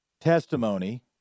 testimony